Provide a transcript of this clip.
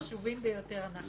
אבל בחשובים ביותר אנחנו